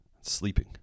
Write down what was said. sleeping